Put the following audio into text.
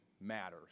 matters